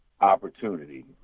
opportunity